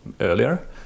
earlier